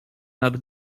nad